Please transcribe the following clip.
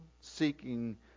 seeking